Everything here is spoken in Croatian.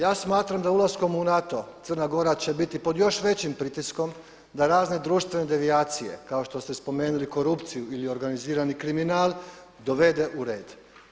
Ja smatram da ulaskom u NATO Crna Gora će biti pod još većim pritiskom da razne društvene devijacije kao što ste spomenuli korupciju ili organizirani kriminal dovede u red.